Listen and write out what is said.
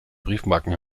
briefmarken